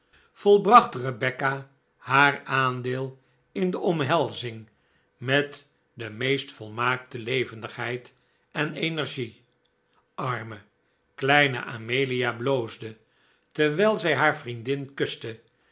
volbracht rebecca haar aandeel in de omhelzing met de meest volmaakte levendigheid en energie arme kleine amelia bloosde terwijl zij haar vriendin kuste